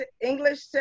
English